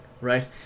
right